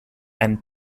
and